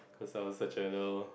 because I was such a little